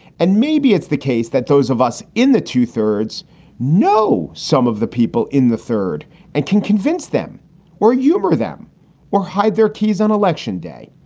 and maybe it's the case that those of us in the two thirds know some of the people in the third and can convince them or humor them or hide their keys on election day.